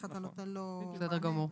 איך אתה נותן לו מענה וכו'.